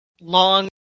long